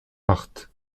art